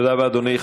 תודה רבה, אדוני.